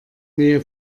nähe